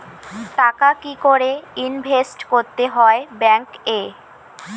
টাকা কি করে ইনভেস্ট করতে হয় ব্যাংক এ?